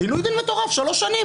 עינוי דין מטורף, שלוש שנים.